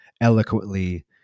eloquently